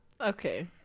okay